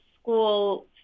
school